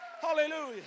Hallelujah